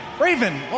Raven